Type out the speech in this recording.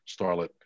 starlet